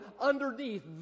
underneath